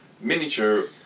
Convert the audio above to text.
miniature